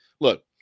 Look